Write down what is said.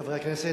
חברי הכנסת,